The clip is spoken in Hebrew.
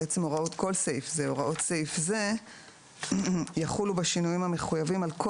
" (ה)הוראות סעיף זה יחולו בשינוים המחויבים על כל